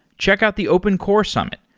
check out the open core summit,